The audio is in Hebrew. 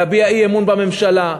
להביע אי-אמון בממשלה.